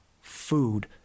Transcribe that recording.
food